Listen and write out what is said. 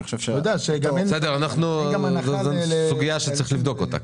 זאת סוגיה שצריך לבדוק אותה.